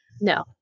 No